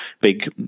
big